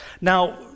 Now